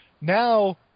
Now